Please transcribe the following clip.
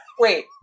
Wait